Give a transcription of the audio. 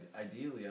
ideally